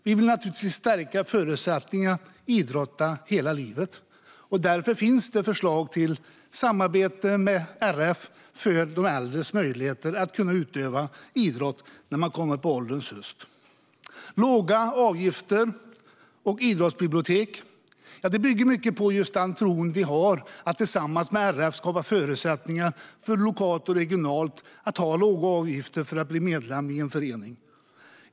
Vi vill stärka förutsättningarna att idrotta hela livet. Därför finns förslag till samarbete med RF för de äldres möjligheter att utöva idrott på ålderns höst. Vi vill ha låga avgifter och idrottsbibliotek. Det bygger mycket på den tro vi har på att tillsammans med RF skapa förutsättningar, både lokalt och regionalt, för låga avgifter för att bli medlem i en förening.